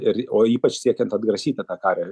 ir o ypač siekiant atgrasyti tą karą